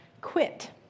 Quit